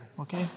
okay